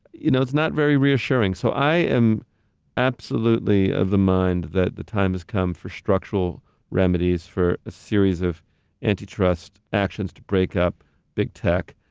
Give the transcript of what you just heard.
you know, it's not very reassuring, so i am absolutely of the mind that the time has come for structural remedies for a series of anti-trust actions to break up big tech,